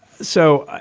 so,